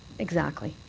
exactly.